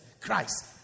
Christ